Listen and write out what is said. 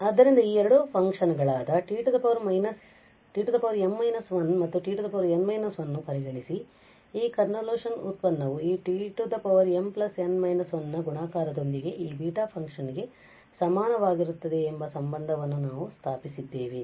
ಆದ್ದರಿಂದ ಈ ಎರಡು ಫಂಕ್ಷನ್ ಗಳಾದ t m−1ಮತ್ತು t n−1ಅನ್ನು ಪರಿಗಣಿಸಿ ಈ ಕನ್ವೊಲ್ಯೂಶನ್ ಉತ್ಪನ್ನವು ಈ t mn−1 ನ ಗುಣಾಕಾರದೊಂದಿಗೆ ಈ ಬೀಟಾ ಫಂಕ್ಷನ್ ಗೆ ಸಮನಾಗಿರುತ್ತದೆ ಎಂಬ ಸಂಬಂಧವನ್ನು ನಾವು ಸ್ಥಾಪಿಸಿದ್ದೇವೆ